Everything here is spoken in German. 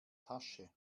tasche